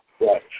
Right